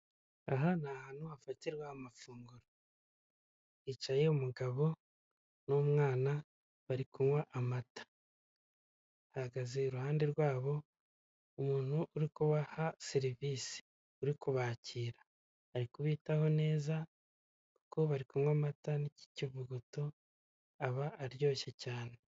Aha ni ahantu hafatirwa amafunguro hicaye umugabo n'umwana bari kunywa, amata hagaze iruhande rwabo umuntu uri kubaha serivisi, uri kubakira ari kubitaho neza kuko bari kunywa amata y'ikigogoto kuko aba aryoshye cyane.